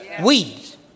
Weeds